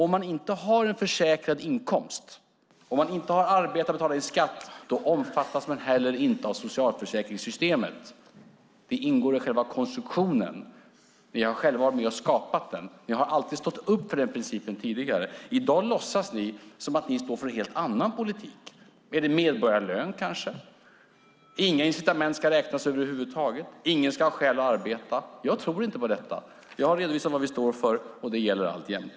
Om man inte har en försäkrad inkomst, om man inte har arbetat och betalat in skatt, då omfattas man inte heller av socialförsäkringssystemet. Det ingår i själva konstruktionen. Ni har själva varit med att skapa den. Ni har tidigare alltid stått upp för den principen. Men i dag låtsas ni stå för en helt annan politik. Är det kanske medborgarlön, att inga incitament ska räknas över huvud taget eller att ingen ska ha skäl att arbeta? Jag tror inte på detta. Jag har redovisat vad vi står för, och det gäller alltjämt.